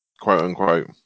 quote-unquote